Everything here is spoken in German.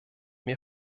mir